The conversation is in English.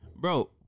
bro